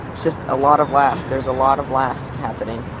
just a lot of lasts, there's a lot of lasts happening.